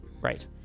Right